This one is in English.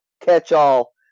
catch-all